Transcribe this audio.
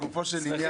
השני.